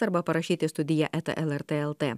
arba parašyti į studiją eta lrt lt